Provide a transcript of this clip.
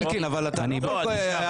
אלקין, אתה --- הערה.